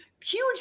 huge